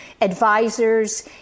advisors